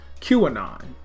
QAnon